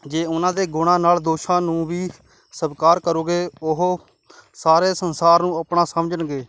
ਜੇ ਉਹਨਾਂ ਦੇ ਗੁਣਾਂ ਨਾਲ ਦੋਸ਼ਾਂ ਨੂੰ ਵੀ ਸਵੀਕਾਰ ਕਰੋਗੇ ਉਹ ਸਾਰੇ ਸੰਸਾਰ ਨੂੰ ਆਪਣਾ ਸਮਝਣਗੇ